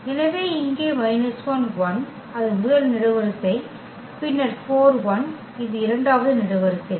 எனவே இங்கே அது முதல் நெடுவரிசை பின்னர் இது இரண்டாவது நெடுவரிசை